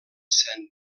saint